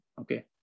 Okay